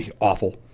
awful